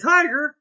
Tiger